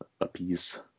apiece